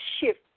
shift